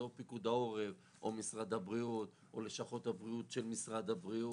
זה או פיקוד העורף או משרד הבריאות או לשכות הבריאות של משרד הבריאות.